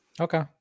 Okay